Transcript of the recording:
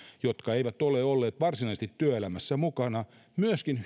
jotka eivät ole olleet varsinaisesti työelämässä mukana myöskin